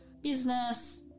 business